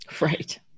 Right